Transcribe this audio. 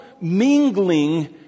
mingling